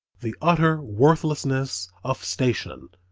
the utter worthlessness of station,